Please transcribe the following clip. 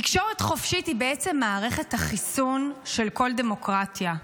תקשורת חופשית היא מערכת החיסון של כל דמוקרטיה,